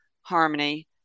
Harmony